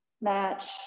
match